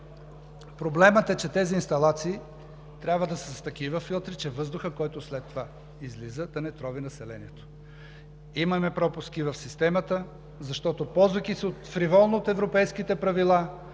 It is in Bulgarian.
Проблемът е, че инсталациите трябва да са с такива филтри, че въздухът, който след това излиза, да не трови населението. Имаме пропуски в системата, защото, ползвайки се фриволно от европейските правила,